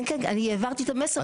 כן, כן, אני העברתי את המסר.